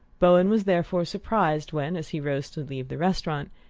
bowen was therefore surprised when, as he rose to leave the restaurant,